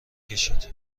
کشید